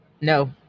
No